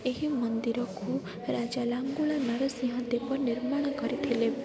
ଏହି ମନ୍ଦିରକୁ ରାଜା ଲାଙ୍ଗୁଳା ନରସିଂହ ଦେବ ନିର୍ମାଣ କରିଥିଲେ